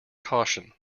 caution